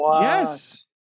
yes